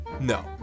No